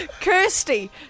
Kirsty